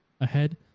Ahead